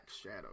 shadow